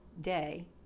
day